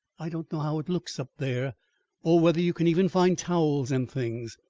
i don't know how it looks up there or whether you can even find towels and things.